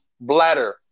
bladder